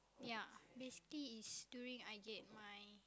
yeah basically it's during I get my